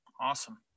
Awesome